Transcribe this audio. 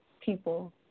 people